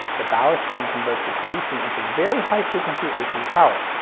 the ballast then converts this dc into very high frequency ac power,